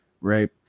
right